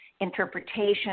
interpretation